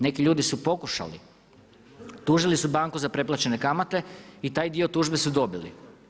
Neki ljudi su pokušali, tužili su banku za preplaćene kamate i taj dio tužbe su dobili.